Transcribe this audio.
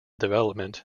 development